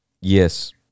Yes